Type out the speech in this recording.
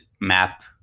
map